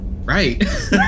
Right